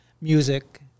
music